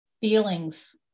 feelings